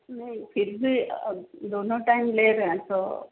नहीं फिर भी अब दोनों टाइम ले रहे हैं तो